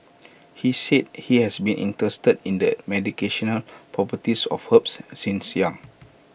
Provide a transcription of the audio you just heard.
he said he has been interested in the properties of herbs since young